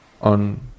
on